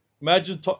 Imagine